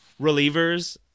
relievers